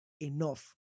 enough